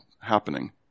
happening